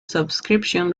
subscription